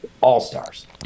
all-stars